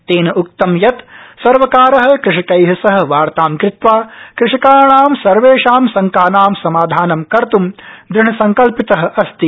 तेन उक्तं यत् सर्वकार कृषकै सह वातां कृत्वा कृषकाणां सर्वेषां शंकानां समाधानं कत्तु दृढसंकल्पित अस्ति